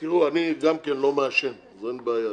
אני לא מעשן, אז אין בעיה.